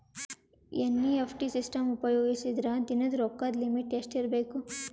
NEFT system ಉಪಯೋಗಿಸಿದರ ದಿನದ ರೊಕ್ಕದ ಲಿಮಿಟ್ ಎಷ್ಟ ಇರಬೇಕು?